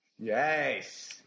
Yes